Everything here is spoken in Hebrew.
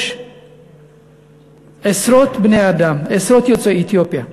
יש עשרות בני-אדם, עשרות יוצאי אתיופיה,